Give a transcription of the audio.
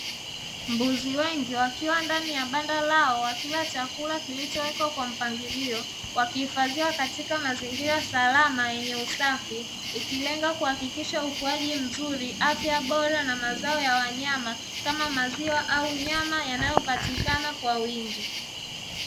Mbuzi wengi wakiwa ndani ya banda lao wakila chakula kilichowekwa kwa mpangilio, wakihifadhiwa katika mazingira salama yenye usafi; ikilenga kuhakikisha ukuaji mzuri, afya bora na mazao ya wanyama kama maziwa au nyama yanayopatikana kwa wingi.